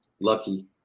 Lucky